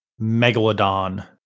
megalodon